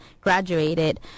graduated